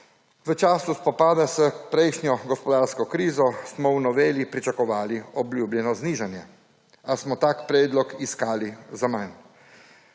v času spopada s prejšnjo gospodarsko krizo smo v noveli pričakovali obljubljeno znižanje, a smo tak predlog iskali zaman.